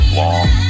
long